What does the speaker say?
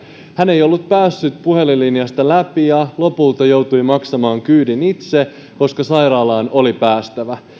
hän ei ollut päässyt puhelinlinjasta läpi ja lopulta joutui maksamaan kyydin itse koska sairaalaan oli päästävä